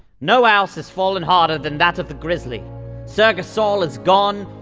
no house has fallen harder than that of the grizzly ser gasol is gone,